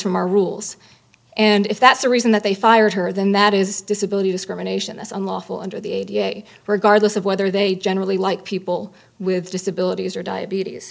from our rules and if that's the reason that they fired her then that is disability discrimination that's unlawful under the ada regardless of whether they generally like people with disabilities or diabetes